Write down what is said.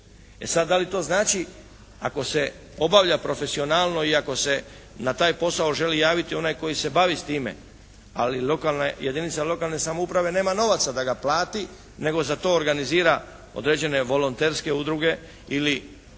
E sada, da li to znači ako se obavlja profesionalno i ako se na taj posao želi javiti onaj koji se bavi time ali jedinica lokalne samouprave nema novaca da ga plati nego za to organizira određene volonterske udruge ili